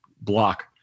block